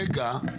רגע.